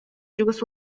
чугас